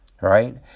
right